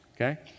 Okay